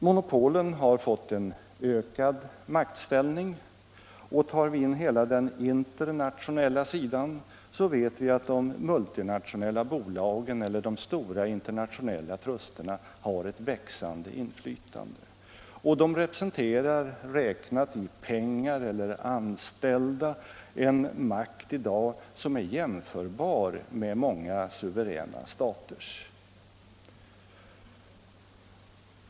Monopolen har fått ökad maktställning, och tar vi in hela den internationella sidan vet vi att de multinationella bolagen eller de stora internationella trusterna har ett växande inflytande. De representerar, räknat i pengar eller anställda, en makt i dag som är jämförbar med många suveräna staters.